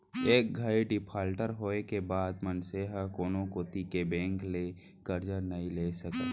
एक घइत डिफाल्टर होए के बाद मनसे ह कोनो कोती के बेंक ले करजा नइ ले सकय